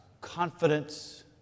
confidence